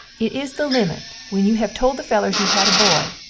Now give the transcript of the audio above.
it is the limit when you have told the fellers you had a boy,